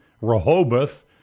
Rehoboth